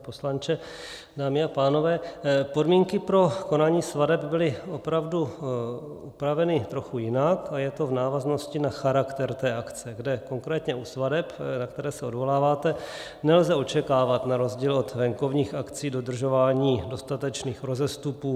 Pane poslanče, dámy a pánové, podmínky pro konání svateb byly opravdu upraveny trochu jinak a je to v návaznosti na charakter té akce, kde konkrétně u svateb, na které se odvoláváte, nelze očekávat na rozdíl od venkovních akcí dodržování dostatečných rozestupů.